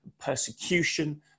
persecution